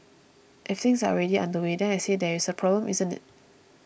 if things are already underway then I say there is a problem isn't it